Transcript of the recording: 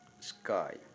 sky